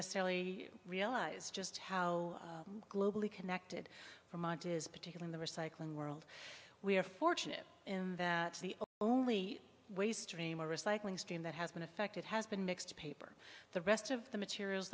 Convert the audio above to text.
necessarily realize just how globally connected from want is particularly the recycling world we are fortunate in that the only way stream or recycling stream that has been affected has been mixed paper the rest of the materials